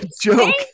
joke